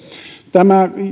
tämä